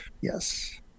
Yes